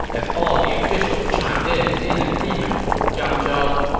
as all the officials chimed in in agreement with zhang zhao.